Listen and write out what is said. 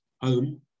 home